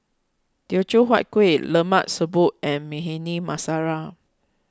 Teochew Huat Kuih Lemak Siput and Bhindi Masala